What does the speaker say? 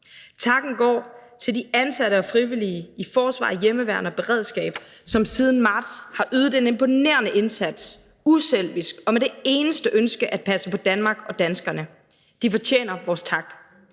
Takken går til de ansatte og frivillige i forsvar, hjemmeværn og beredskab, som siden marts har ydet en imponerende indsats, uselvisk og med det eneste ønske at passe på Danmark og danskerne. De fortjener vores tak.